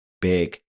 big